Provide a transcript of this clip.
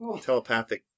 telepathic